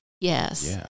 yes